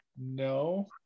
No